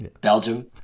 belgium